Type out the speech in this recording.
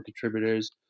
contributors